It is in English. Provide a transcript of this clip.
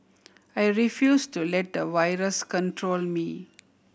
I refused to let a virus control me